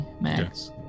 max